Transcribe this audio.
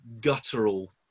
guttural